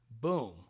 boom